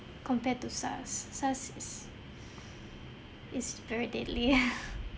compared to SARS SARS is is very deadly